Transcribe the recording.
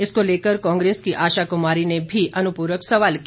इसको लेकर कांग्रेस की आशा कुमारी ने भी अनुपूरक सवाल किया